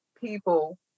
people